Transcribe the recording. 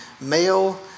Male